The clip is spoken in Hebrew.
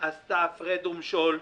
עשתה הפרד ומשול,